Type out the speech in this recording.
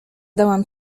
dałam